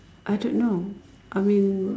I don't know I mean